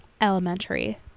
elementary